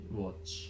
watch